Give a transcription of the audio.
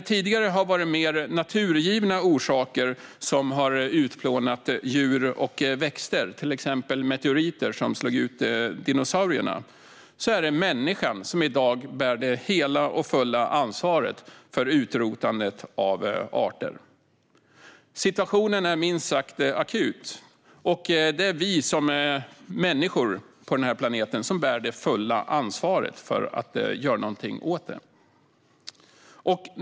Tidigare har det varit mer naturgivna orsaker som har utplånat djur och växter, till exempel meteoriter som slog ut dinosaurierna, men i dag är det människan som bär det fulla ansvaret för utrotandet av arter. Situationen är minst sagt akut, och vi människor bär också det fulla ansvaret för att göra något åt den.